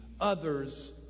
others